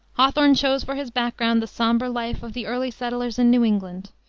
hawthorne chose for his background the somber life of the early settlers in new england.